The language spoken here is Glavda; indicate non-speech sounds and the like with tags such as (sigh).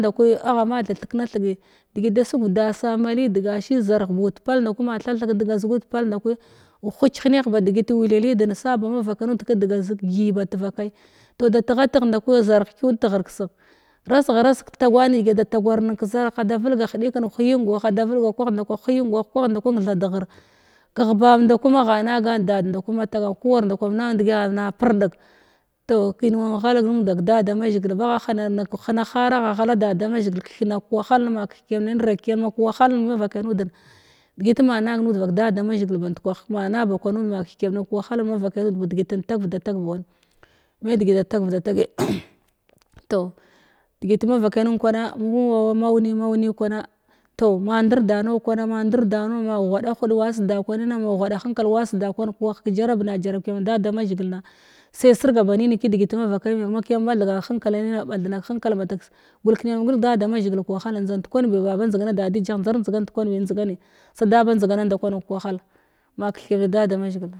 Ndakwi agha ma tha theknathigi degit da sugwaveda sa malid gashi zarh bud pak ndakwi huch heneh ba degit wula lideh sa ba mavakai nud kədega zig gyibat vakai toh da. Teghateg ndaku zarh kyudteghr kesegh rasgha reseg tkətagwani yadai da tagwar nen ka’zarh ada vulga kwah nda kwanthad ghr kəgh bab ndakwi magha nagan dada ndaku ma ta gwa kuwar (unintelligible) ar na perdig toh kwi wan ghalag numnd vak da da mazhigil bagha ghala da da mazhigil kethena kəwahal na ma keth kiyam nan regkiyamna kawahaken nud vak da da mazhigil bank kwah ma na ba kwan nud makethe kiyam na kəwahak mamvakai nud ba degiti tagevda tag bawan me degi da tagev da tagtoh degit mavakai nin kwan mu-n mau nin kwana ma ndirda nau kwana mandir sa nau ma ghuda huɗ wa seda kwanina ma ghuada henkal wa seda kwanima kwah kəjarab na jarab kiyamu sa da mazhigil na sai sirga ba nim kədegit mavakai bimo mak yambatha gan kəhenkala miyamima ɓath na kəhenkal mbatak gulkiyam na gulg da da mazhigil kəwahala njda ndkwanbi baba njdigana da dijah njdar njdiga ndkwanbi njdigani sada ba njdigana nda kwanen kəwahal ma keth kiyamna da da mazhigil.